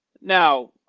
Now